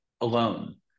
alone